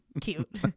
cute